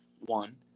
one